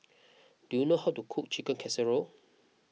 do you know how to cook Chicken Casserole